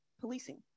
policing